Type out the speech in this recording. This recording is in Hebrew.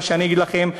על מה שאגיד לכם,